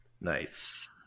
Nice